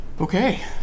Okay